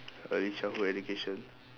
early childhood education